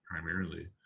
primarily